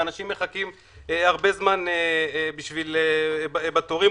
ואנשים מחכים זמן רב בתורים,